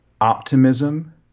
optimism